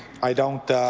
i don't